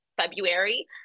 February